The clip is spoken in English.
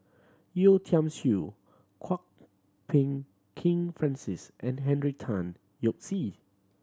Yeo Tiam Siew Kwok Peng Kin Francis and Henry Tan Yoke See